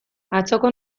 atzoko